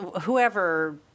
whoever